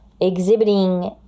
exhibiting